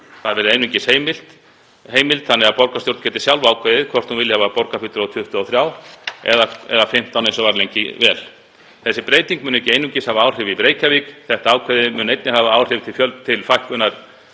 Þar verði einungis heimild þannig að borgarstjórn geti sjálf ákveðið hvort hún vilji hafa borgarfulltrúa 23 eða 15 eins og var lengi vel. Þessi breyting mun ekki einungis hafa áhrif í Reykjavík. Ákvæðið hefur haft áhrif til fjölgunar